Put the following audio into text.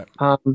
Right